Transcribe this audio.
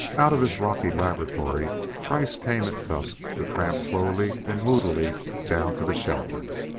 out of his rocky laboratory kreiss came at dusk to tramp slowly and moodily down to the shelters.